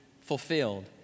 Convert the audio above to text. fulfilled